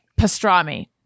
Pastrami